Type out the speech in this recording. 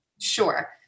Sure